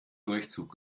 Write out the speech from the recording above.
durchzug